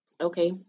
Okay